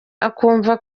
akumva